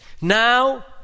now